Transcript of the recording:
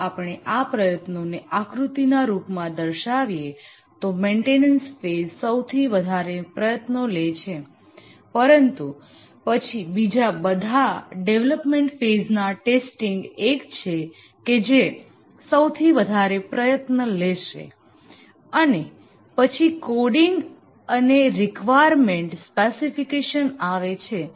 જો આપણે આ પ્રયત્નોને આકૃતિ ના સ્વરૂપમાં દર્શાવીએ તો મેન્ટેનન્સ ફેઝ સૌથી વધારે પ્રયત્નો લે છે પરંતુ પછી બીજા બધા ડેવલપમેન્ટ ફેઝ ના ટેસ્ટિંગ એક છે કે જે સૌથી વધારે પ્રયત્ન લેશે અને પછી કોડીંગ અને રિક્વાયરમેન્ટ સ્પેસિફિકેશન આવે છે